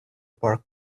park